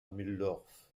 mulhdorf